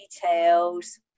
details